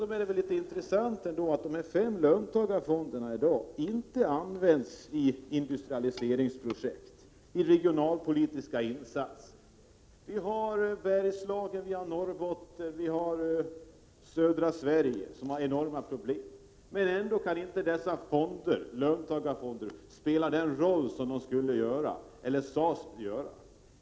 Det är dessutom mycket intressant att notera att dessa fem löntagarfonder i dag inte används i industrialiseringsprojekt eller för regionalpolitiska insatser. Vi har enorma problem i Bergslagen, Norrbotten och södra Sverige. Men ändå kan inte dessa löntagarfonder spela den roll som det sades att de skulle göra.